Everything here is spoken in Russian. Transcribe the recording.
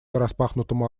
распахнутому